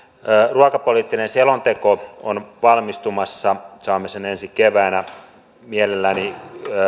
ruokapoliittinen selonteko on valmistumassa saamme sen ensi keväänä mielelläni